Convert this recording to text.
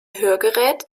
hörgerät